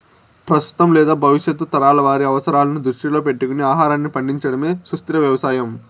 ప్రస్తుతం లేదా భవిష్యత్తు తరాల వారి అవసరాలను దృష్టిలో పెట్టుకొని ఆహారాన్ని పండించడమే సుస్థిర వ్యవసాయం